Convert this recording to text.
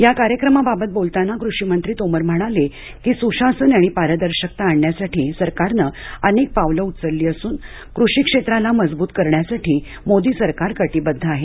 या कार्यक्रमाबाबत बोलताना कृषिमंत्री तोमर म्हणाले की सुशासन आणि पारदर्शकता आणण्यासाठी सरकारनं अनेक पावलं उचलली असून कृषी क्षेत्राला मजबूत करण्यासाठी मोदी सरकार कटिबद्ध आहे